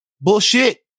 Bullshit